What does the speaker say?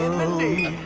mindy,